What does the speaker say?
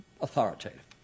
authoritative